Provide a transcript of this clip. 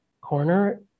corner